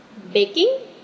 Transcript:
that baking